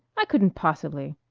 i couldn't possibly.